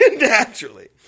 Naturally